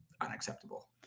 unacceptable